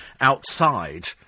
outside